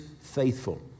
faithful